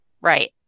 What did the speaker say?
Right